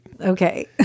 Okay